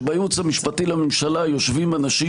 שבייעוץ המשפטי לממשלה יושבים אנשים